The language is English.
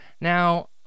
Now